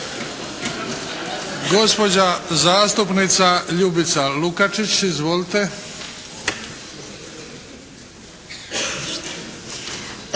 Gospođa zastupnica Ljubica Lukačić. Izvolite.